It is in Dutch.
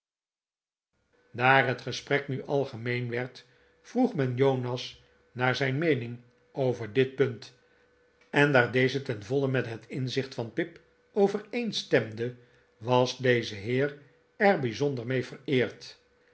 daar het gesprek nu algemeen werd vroeg men jonas naar zijn meening over dit punt en daar deze tenvolle met het inzicht van pip overeenstemde was deze heer er bijzonder mee vereerd